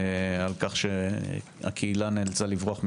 על כך שהקהילה נאלצה לברוח מביתה.